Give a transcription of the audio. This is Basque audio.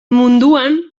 munduan